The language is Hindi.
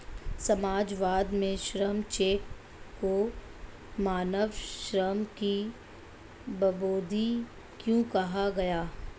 समाजवाद में श्रम चेक को मानव श्रम की बर्बादी क्यों कहा गया?